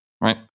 right